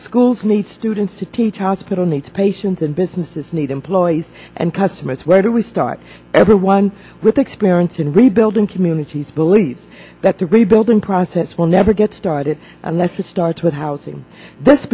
schools need students to teach hospital needs patients and businesses need employees and customers where do we start everyone with experience in rebuilding communities believe that the rebuilding process will never get started unless it starts with housing this